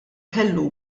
kellu